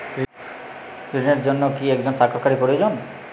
ঋণের জন্য কি একজন স্বাক্ষরকারী প্রয়োজন?